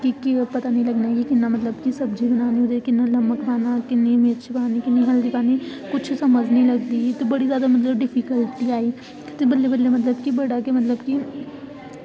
ते पता निं लग्गना कि मतलब कियां सब्ज़ी बनानी किन्ना नमक पाना किन्नी मर्च पानी किन्नी हल्दर पानी ते कुछ समझ निं लगदी ते मतलब बड़ी जादा डिफि्कल्टी आई ते बल्लें बल्लें मतलब कि बड़ा गै मतलब कि